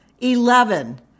Eleven